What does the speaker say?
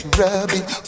rubbing